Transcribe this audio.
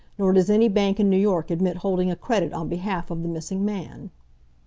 nor does any bank in new york admit holding a credit on behalf of the missing man.